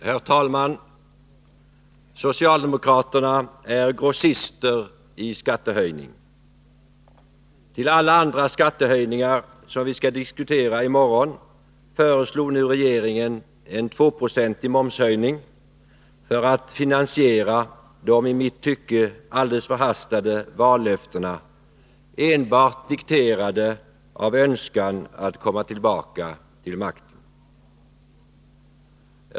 Herr talman! Socialdemokraterna är grossister i skattehöjning. Till alla andra skattehöjningar som vi skall diskutera i morgon föreslår nu regeringen en 2-procentig momshöjning för att finansiera de i mitt tycke alldeles förhastade vallöftena, enbart dikterade av önskan att komma tillbaka till makten.